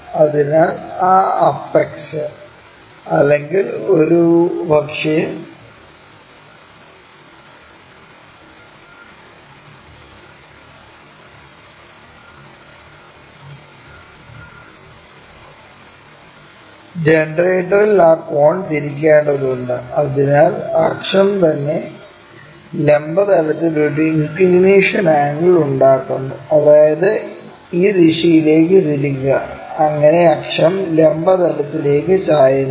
അതിനാൽ ആ അപെക്സ് അല്ലെങ്കിൽ ഒരു പക്ഷേ ജനറേറ്ററിൽ ആ കോൺ തിരിക്കേണ്ടതുണ്ട് അതിനാൽ അക്ഷം തന്നെ ലംബ തലത്തിൽ ഒരു ഇൻക്ക്ളിനേഷൻ ആംഗിൾ ഉണ്ടാക്കുന്നു അതായത് ഈ ദിശയിലേക്ക് തിരിക്കുക അങ്ങനെ അക്ഷം ലംബ തലത്തിലേക്ക് ചായുന്നു